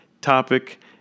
Topic